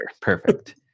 Perfect